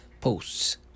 posts